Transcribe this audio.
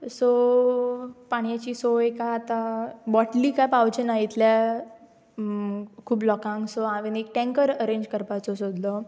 so पाणयाची सोय काय आतां बोटली काय पावचे ना इतल्या खूब लोकांक सो हांवें एक टँकर अरेंज करपाचो सोदलो